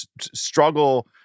struggle